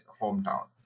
hometown